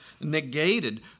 negated